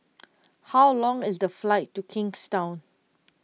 how long is the flight to Kingstown